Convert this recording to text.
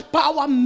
power